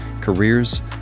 careers